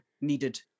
needed